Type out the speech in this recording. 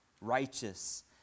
righteous